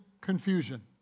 confusion